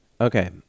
Okay